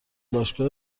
باشگاه